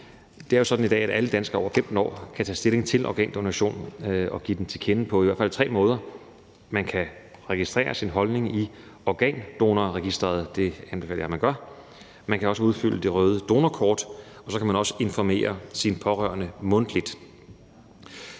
Det er jo sådan i dag, at alle danskere over 15 år kan tage stilling til organdonation og give den til kende på i hvert fald tre måder: Man kan registrere sin holdning i Organdonorregistret – det anbefaler jeg man gør – man kan også udfylde det røde donorkort, og så kan man informere sine pårørende mundtligt.